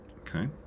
Okay